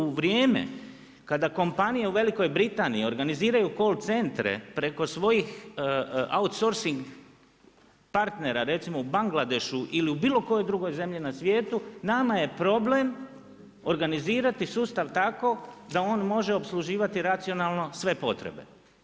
U vrijeme kada kompaniji u Velikoj Britaniji organiziraju call centre preko svojih outsorcing partnera, recimo u Bangladešu ili u bilo kojoj zemlji na svijetu nama je problem organizirati sustav tako da on može opsluživati racionalno sve potrebe.